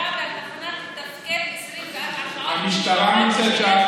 תחנת המשטרה מתפקדת 24 שעות.